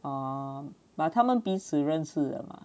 oh but 他们彼此认识的吗